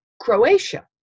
Croatia